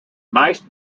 meist